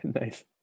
Nice